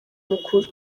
mukuru